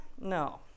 no